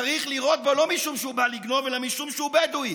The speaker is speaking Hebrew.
צריך לירות בו לא משום שהוא בא לגנוב אלא משום שהוא בדואי,